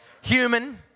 Human